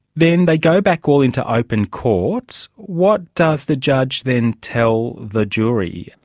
then they go back all into open court. what does the judge then tell the jury?